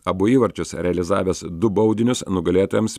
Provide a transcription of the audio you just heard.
abu įvarčius realizavęs du baudinius nugalėtojams